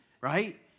right